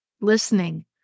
listening